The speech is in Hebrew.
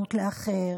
הסובלנות לאחר,